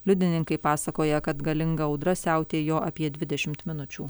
liudininkai pasakoja kad galinga audra siautėjo apie dvidešimt minučių